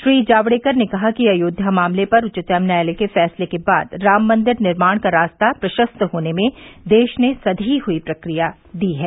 श्री जावड़ेकर ने कहा कि अयोध्या मामले पर उच्चतम न्यायालय के फैसले के बाद राम मंदिर निर्माण का रास्ता प्रशस्त होने में देश ने सधी हुई प्रतिक्रिया दी है